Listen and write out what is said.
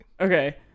Okay